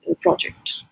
project